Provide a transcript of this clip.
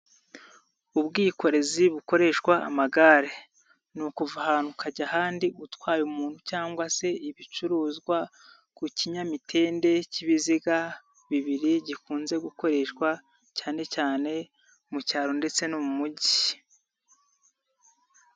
Ubwikorezi bukoreshwa amagare ni ukuva ahantu ukajya ahandi utwaye umuntu cyangwa se ibicuruzwa ku kinyamitende cy'ibiziga bibiri gikunze gukoreshwa cyane cyane mu cyaro ndetse no mu mujyi.